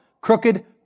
crooked